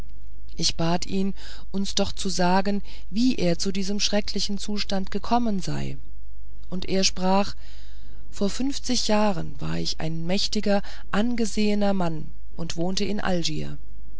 ich bat ihn uns doch zu sagen wie er zu diesem schrecklichen zustand gekommen sei und er sprach vor fünfzig jahren war ich ein mächtiger angesehener mann und wohnte in algier